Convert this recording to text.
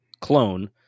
clone